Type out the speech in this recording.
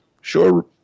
Sure